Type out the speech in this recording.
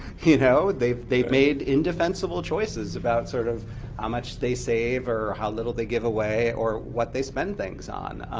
you know they've they've made indefensible choices about sort of how much they save, or how little they give away, or what they spend things on.